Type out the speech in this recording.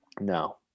No